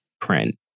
print